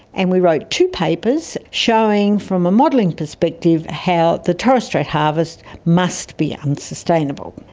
and we wrote two papers showing from a modelling perspective how the torres strait harvest must be unsustainable.